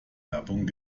werbung